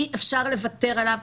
אי אפשר לוותר עליו.